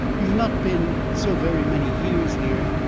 you have not been so very many years here,